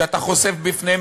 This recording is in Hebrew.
אם יש מושג כזה,